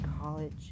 college